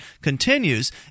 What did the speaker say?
continues